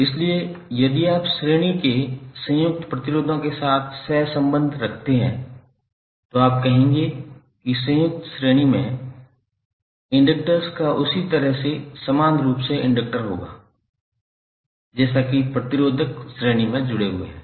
इसलिए यदि आप श्रेणी के संयुक्त प्रतिरोधों के साथ सहसंबंध रखते हैं तो आप कहेंगे कि संयुक्त श्रेणी में इंडेक्सर्स का उसी तरह से समान रूप से इंडक्टर होगा जैसा कि प्रतिरोधक श्रेणी में जुड़े हुए हैं